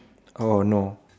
oh no